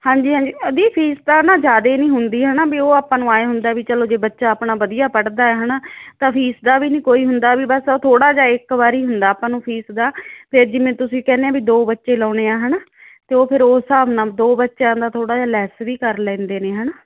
ਹਾਂਜੀ ਹਾਂਜੀ ਦੀ ਫੀਸ ਤਾਂ ਨਾ ਜ਼ਿਆਦੇ ਨਹੀਂ ਹੁੰਦੀ ਹੈ ਨਾ ਵੀ ਉਹ ਆਪਾਂ ਨੂੰ ਐਂ ਹੁੰਦਾ ਚਲੋ ਜੇ ਬੱਚਾ ਆਪਣਾ ਵਧੀਆ ਪੜ੍ਹਦਾ ਹੈ ਨਾ ਤਾਂ ਫੀਸ ਦਾ ਵੀ ਨਹੀਂ ਕੋਈ ਹੁੰਦਾ ਵੀ ਬਸ ਉਹ ਥੋੜ੍ਹਾ ਜਿਹਾ ਇੱਕ ਵਾਰ ਹੁੰਦਾ ਆਪਾਂ ਨੂੰ ਫੀਸ ਦਾ ਫਿਰ ਜਿਵੇਂ ਤੁਸੀਂ ਕਹਿੰਦੇ ਵੀ ਦੋ ਬੱਚੇ ਲਾਉਣੇ ਆ ਹੈਨਾ ਅਤੇ ਉਹ ਫਿਰ ਉਸ ਹਿਸਾਬ ਨਾਲ ਦੋ ਬੱਚਿਆਂ ਦਾ ਥੋੜ੍ਹਾ ਜਿਹਾ ਲੈਸ ਵੀ ਕਰ ਲੈਂਦੇ ਨੇ ਹੈਨਾ